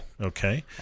okay